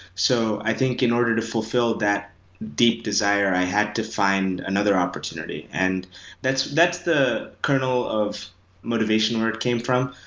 so i think in order to fulfill that deep desire, i had to find another opportunity. and that's that's the kernel of motivation where it came from.